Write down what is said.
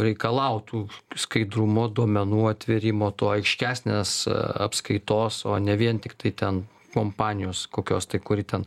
reikalautų skaidrumo duomenų atvėrimo tuo aiškesnės apskaitos o ne vien tiktai ten kompanijos kokios tai kuri ten